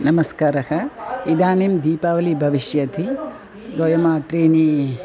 नमस्कारः इदानीं दीपावलिः भविष्यति द्वयं वा त्रीणि